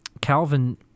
Calvin